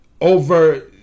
over